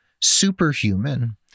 superhuman